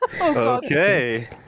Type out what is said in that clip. okay